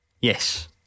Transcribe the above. Yes